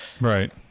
Right